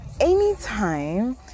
anytime